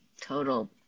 total